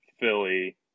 Philly